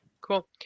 Cool